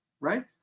right